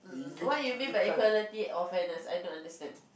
what you mean by equality or fairness I don't understand